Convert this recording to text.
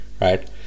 right